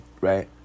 Right